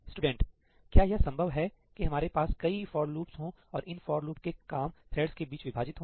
student क्या यह संभव है कि हमारे पास कई फॉर लूप्स हो और इन फॉर लूप के काम थ्रेड्स के बीच विभाजित हो